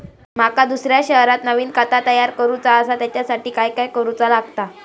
माका दुसऱ्या शहरात नवीन खाता तयार करूचा असा त्याच्यासाठी काय काय करू चा लागात?